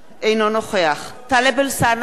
אינו נוכח טלב אלסאנע,